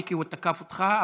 כי הוא תקף אותך?